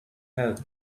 help